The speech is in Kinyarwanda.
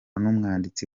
n’umwanditsi